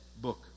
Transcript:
book